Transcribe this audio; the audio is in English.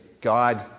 God